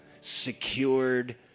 secured